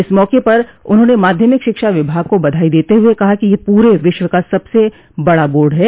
इस मौके पर उन्होंने माध्यमिक शिक्षा विभाग को बधाई देते हुए कहा कि यह पूरे विश्व का सबसे बड़ा बोर्ड है